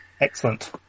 excellent